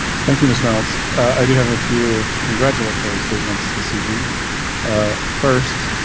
thank you. ms reynolds. i do have a few congratulatory statements this evening first.